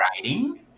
writing